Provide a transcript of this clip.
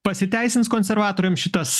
pasiteisins konservatoriam šitas